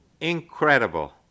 Incredible